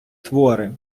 твори